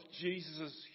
Jesus